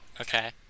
Okay